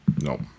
No